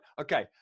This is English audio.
okay